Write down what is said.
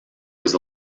was